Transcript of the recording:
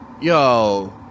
Yo